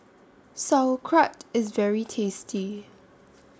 Sauerkraut IS very tasty